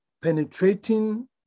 penetrating